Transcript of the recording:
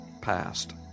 passed